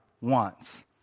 wants